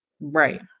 Right